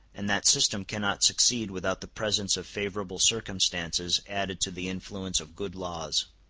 and that system cannot succeed without the presence of favorable circumstances added to the influence of good laws.